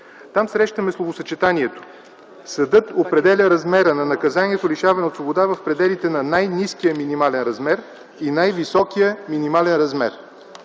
Там срещаме словосъчетанието „съдът определя размера на наказанието лишаване от свобода в пределите на най-ниския минимален размер и най-високия максимален размер”.